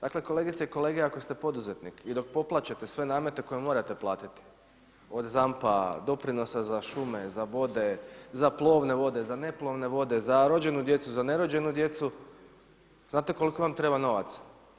Dakle kolegice i kolege, ako ste poduzetnik i dok poplaćate sve namete koje morate platiti, od ZAMP-d, doprinosa za šume, za vode, za plovne vode, za neplovne vode, za rođenu djecu, za nerođenu djecu, znate koliko vam treba novaca?